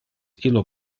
illo